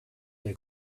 they